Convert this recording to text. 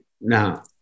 Now